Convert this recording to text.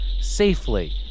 safely